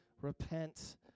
Repent